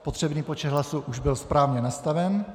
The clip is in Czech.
Potřebný počet hlasů už byl správně nastaven.